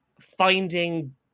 Finding